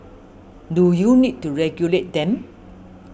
do you need to regulate them